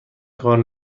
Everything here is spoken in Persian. کار